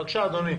בבקשה, אדוני.